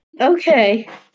Okay